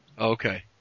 Okay